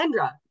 Kendra